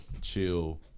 Chill